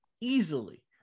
easily